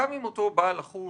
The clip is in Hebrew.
גם אם אותו בעל אחוז